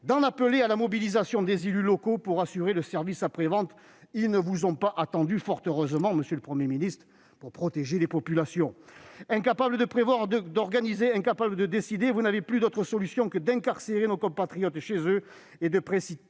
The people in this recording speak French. d'en appeler à la mobilisation des élus locaux pour assurer le service après-vente. Ceux-ci ne vous ont pas attendu, fort heureusement monsieur le Premier ministre, pour protéger les populations. Incapable de prévoir, d'organiser et de décider, vous n'avez plus d'autre solution que d'incarcérer nos compatriotes chez eux, de précipiter